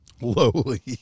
Lowly